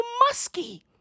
musky